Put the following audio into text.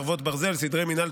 חרבות ברזל) (סדרי מנהל,